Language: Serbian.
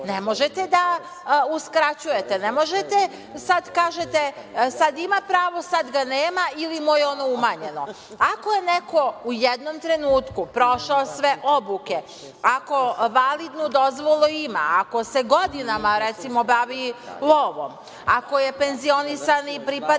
ne možete da uskraćujete, ne možete sada da kažete – sad ima pravo, sad ga nema ili mu je ono umanjeno. Ako je neko u jednom trenutku prošao sve obuke, ako validnu dozvolu ima, ako se godinama, recimo, bavi lovom, ako je penzionisani pripadnik